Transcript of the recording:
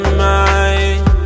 mind